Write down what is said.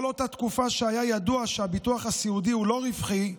כל אותה תקופה שהיה ידוע שהביטוח הסיעודי הוא לא רווחי,